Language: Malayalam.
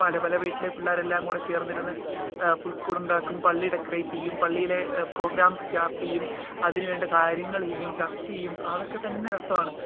പലപല വീട്ടിലെ പിള്ളേരെല്ലാംകൂടെ ചേർന്നിരുന്ന് പുൽക്കൂടുണ്ടാക്കും പള്ളി ഡെക്കറേറ്റെയ്യും പള്ളിയിലെ പ്രോഗ്രാംസ് ചാർട്ടെയ്യും അതിനുവേണ്ട കാര്യങ്ങള് ചെയ്യും ചർച്ചെയ്യും അതൊക്കെത്തന്നെ രസാണ്